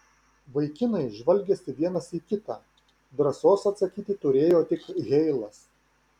vaikinai žvalgėsi vienas į kitą drąsos atsakyti turėjo tik heilas